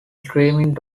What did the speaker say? streaming